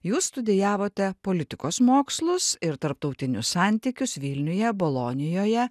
jūs studijavote politikos mokslus ir tarptautinius santykius vilniuje bolonijoje